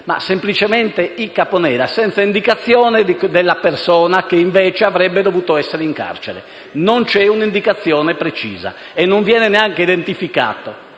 semplicemente dei Caponera, senza indicazione della persona che sarebbe dovuta essere in carcere; non c'è un'indicazione precisa e non viene neanche identificata.